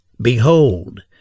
behold